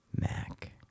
Mac